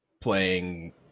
playing